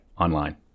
online